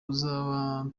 ruzaba